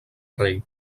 rei